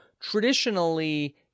traditionally